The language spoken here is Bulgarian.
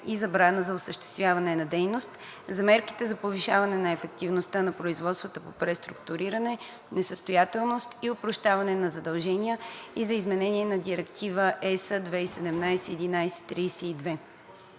и забраната за осъществяване на дейност, за мерките за повишаване на ефективността на производствата по преструктуриране, несъстоятелност и опрощаване на задължения и за изменение на Директива (ЕС) 2017/1132.